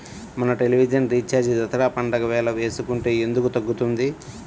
మన television recharge Dussehra పండగ వేళ వేసుకుంటే ఎందుకు తగ్గుతుంది?